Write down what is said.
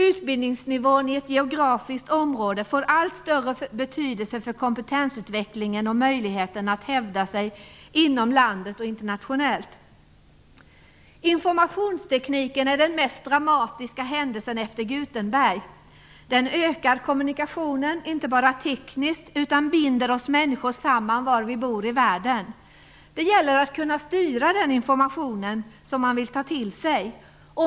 Utbildningsnivån i ett geografiskt område får allt större betydelse för kompetensutvecklingen och möjligheten att hävda sig inom landet och internationellt. Informationstekniken är den mest dramatiska händelsen efter Gutenberg. Den ökar kommunikationen inte bara tekniskt. Den binder också oss människor samman oavsett var vi bor i världen. Det gäller att kunna styra den information som man vill ta till sig.